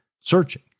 searching